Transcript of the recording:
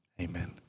Amen